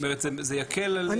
בעצם זה יקל.